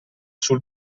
sul